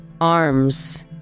arms